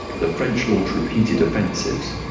the french launched repeated offensives,